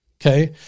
Okay